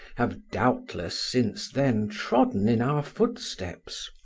have doubtless since then trodden in our footsteps,